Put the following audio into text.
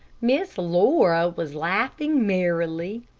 miss laura was laughing merrily.